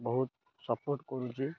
ବହୁତ ସପୋର୍ଟ କରୁଛି